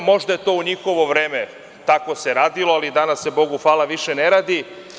Možda se to u njihovo vreme tako radilo, ali danas se, bogu hvala, više ne radi.